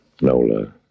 Nola